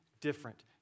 different